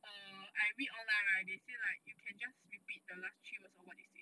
err I read online right they say like you can just repeat the last three words of what they say